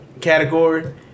category